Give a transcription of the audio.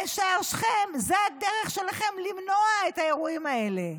בשער שכם, זו הדרך שלכם למנוע את האירועים האלה.